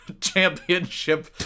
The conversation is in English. championship